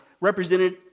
represented